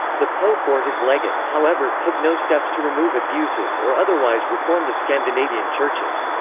the pope or his legate, however, took no steps to remove abuses or otherwise reform the scandinavian churches.